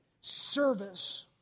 service